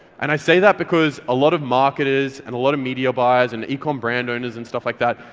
and i say that because a lot of marketers, and a lot of media buyers, and ecom brand owners, and stuff like that,